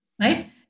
right